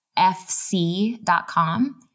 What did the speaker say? FC.com